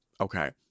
okay